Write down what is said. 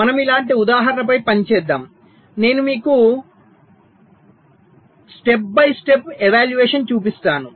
మనము ఇలాంటి ఉదాహరణపై పని చేద్దాం నేను మీకు స్టెప్ బై స్టెప్ ఎవాల్యూయేషన్ చూపిస్తాను